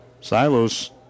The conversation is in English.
Silos